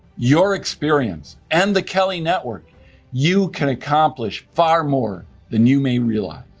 your experience, and the kelley network you can accomplish far more than you may realize.